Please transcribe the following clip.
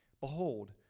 behold